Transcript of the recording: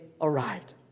arrived